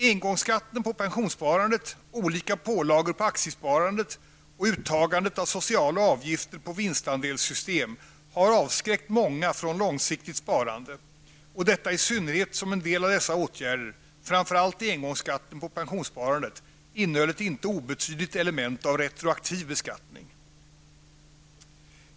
Engångsskatten på pensionssparandet, olika pålagor på aktiesparandet och uttagandet av sociala avgifter på vinstandelssystem har avskräckt många från långsiktigt sparande, detta i synnerhet som en del av dessa åtgärder -- framför allt engångsskatten på pensionssparandet -- innehöll ett icke obetydligt element av retroaktiv beskattning.